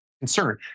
concern